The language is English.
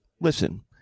listen